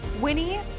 Winnie